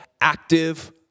active